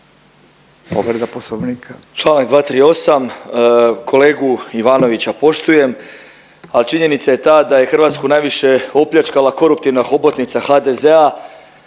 povreda poslovnika.